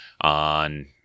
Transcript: on